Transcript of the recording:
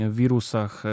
wirusach